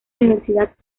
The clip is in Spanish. universidad